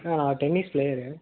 ஆ நான் ஒரு tennis player